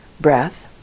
breath